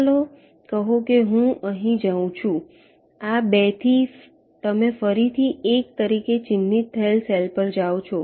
ચાલો કહો કે હું અહીં જાઉં છું આ 2 થી તમે ફરીથી 1 તરીકે ચિહ્નિત થયેલ સેલ પર જાઓ છો